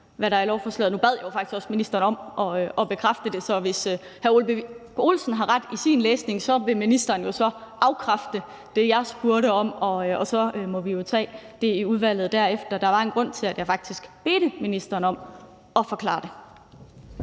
Nu bad jeg faktisk også ministeren om at bekræfte det, så hvis hr. Ole Birk Olesen har ret i sin læsning, vil ministeren jo afkræfte det, jeg spurgte om. Og så må vi jo tage det i udvalget og derefter. Der var en grund til, at jeg faktisk bad ministeren om at forklare det.